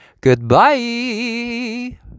Goodbye